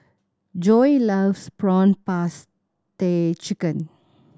Joi loves prawn paste chicken